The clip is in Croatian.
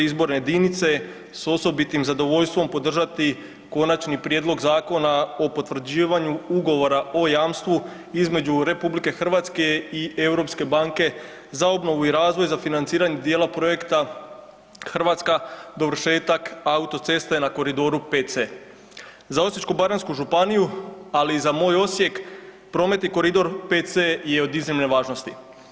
Izborne jedinice s osobitim zadovoljstvom podržati Konačni prijedlog zakona o potvrđivanju Ugovora o jamstvu između Republike Hrvatske i Europske banke za obnovu i razvoj za financiranje dijela projekta Hrvatska dovršetak autoceste na koridoru 5C. Za Osječko-baranjsku županiju, ali i za moj Osijek prometni koridor 5C je od iznimne važnosti.